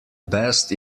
best